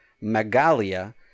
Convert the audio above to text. Megalia